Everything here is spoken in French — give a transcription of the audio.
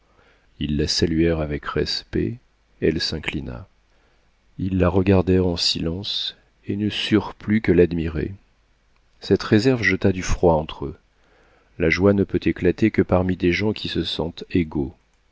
ils la saluèrent avec respect elle s'inclina ils la regardèrent en silence et ne surent plus que l'admirer cette réserve jeta du froid entre eux la joie ne peut éclater que parmi des gens qui se sentent égaux